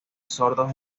sordos